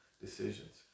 decisions